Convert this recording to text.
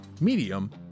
medium